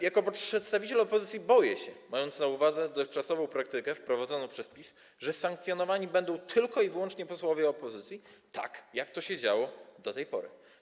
Jako przedstawiciel opozycji boję się, mając na uwadze dotychczasową praktykę stosowaną przez PiS, że sankcjonowani będą tylko i wyłącznie posłowie opozycji, tak jak to się działo do tej pory.